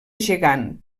gegant